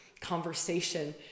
conversation